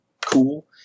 cool